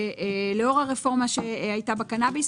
לאור הרפורמה שהייתה בקנאביס,